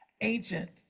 ancient